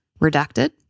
Redacted